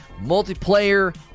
Multiplayer